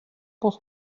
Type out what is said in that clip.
pour